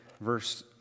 verse